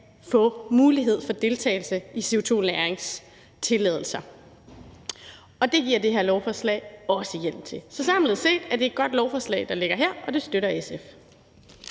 få mulighed for deltagelse i CO2-lagringstilladelser, og det giver det her lovforslag også hjemmel til. Så samlet set er det et godt lovforslag, der ligger her, og det støtter SF.